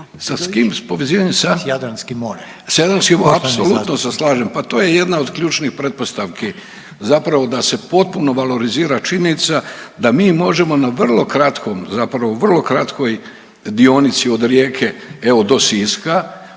s kim povezivanjem, sa…? .../Upadica: S Jadranskim morem./... S Jadranskim morem, apsolutno se slažem, pa to je jedna od ključnih pretpostavki zapravo da se potpuno valorizira činjenica da mi možemo na vrlo kratkom, zapravo vrlo kratkoj dionici od Rijeke, evo, do Siska,